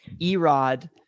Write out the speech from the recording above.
Erod